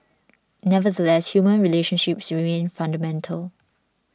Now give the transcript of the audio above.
nevertheless human relationships remain fundamental